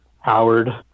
howard